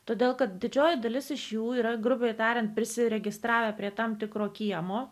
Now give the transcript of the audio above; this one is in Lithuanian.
todėl kad didžioji dalis iš jų yra grubiai tariant prisiregistravę prie tam tikro kiemo